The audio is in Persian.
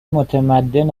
متمدن